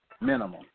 minimum